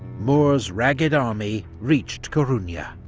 moore's ragged army reached coruna.